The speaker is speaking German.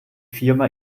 firma